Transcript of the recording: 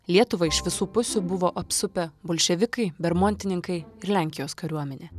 lietuvą iš visų pusių buvo apsupę bolševikai bermontininkai ir lenkijos kariuomenė